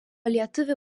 lietuvių